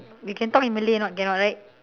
we can talk in malay or not cannot right